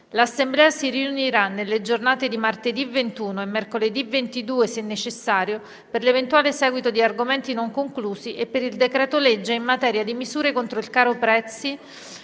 L'Assemblea si riunirà, nelle giornate di martedì 21 e mercoledì 22, se necessario, per l'eventuale seguito di argomenti non conclusi e per il decreto-legge in materia di misure contro il caro-prezzi